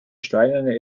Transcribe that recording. steinerne